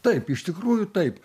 taip iš tikrųjų taip